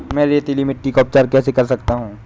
मैं रेतीली मिट्टी का उपचार कैसे कर सकता हूँ?